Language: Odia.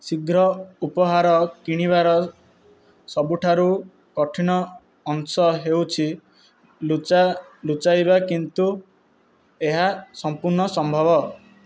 ଶୀଘ୍ର ଉପହାର କିଣିବାର ସବୁଠାରୁ କଠିନ ଅଂଶ ହେଉଛି ଲୁଚାଇବା କିନ୍ତୁ ଏହା ସମ୍ପୂର୍ଣ୍ଣ ସମ୍ଭବ